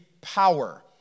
power